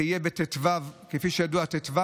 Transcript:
ויהיה בט"ו תמוז,